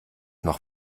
noch